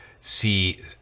see